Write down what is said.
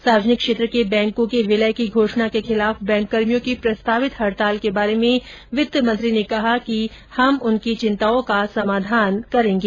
सार्वजनिक क्षेत्र के बैंकों के विलय की घोषणा के खिलाफ बैंककर्मियों की प्रस्तावित हडताल के बारे में वित्त मंत्री ने कहा कि हम उनकी चिंताओं का समाधान करेंगे